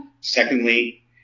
Secondly